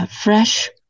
fresh